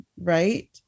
right